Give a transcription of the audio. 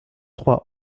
trois